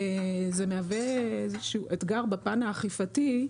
זה מהווה איזשהו אתגר בפן האכיפתי,